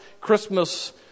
Christmas